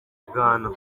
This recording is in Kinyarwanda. bwana